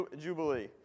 Jubilee